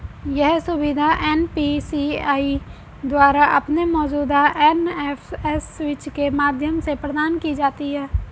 यह सुविधा एन.पी.सी.आई द्वारा अपने मौजूदा एन.एफ.एस स्विच के माध्यम से प्रदान की जाती है